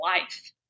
life